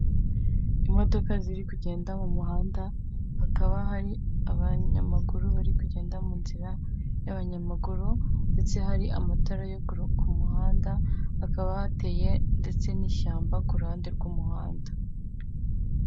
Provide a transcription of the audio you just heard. Imodoka ziri kugenda mu muhanda, hakaba hari abanyamaguru bari kugenda mu nzira y'abanyamaguru ndetse hari amatara yo ku muhanda, hakaba hateye ndetse n'ishyamba ku ruhande rw'umuhanda.